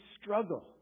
struggle